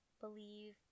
believe